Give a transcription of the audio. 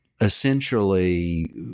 essentially –